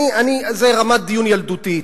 זו רמת דיון ילדותית.